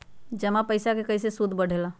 जमा पईसा के कइसे सूद बढे ला?